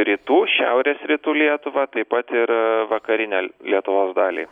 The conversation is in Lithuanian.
rytų šiaurės rytų lietuvą taip pat ir vakarinę l lietuvos dalį